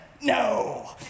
No